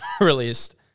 released